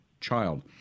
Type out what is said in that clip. child